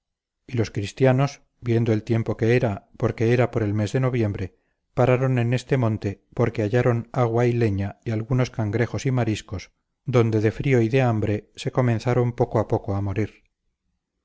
y los cristianos viendo el tiempo que era porque era por el mes de noviembre pararon en este monte porque hallaron agua y leña y algunos cangrejos y mariscos donde de frío y de hambre se comenzaron poco a poco a morir